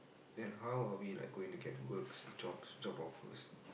then how are we like going to get work jobs job offers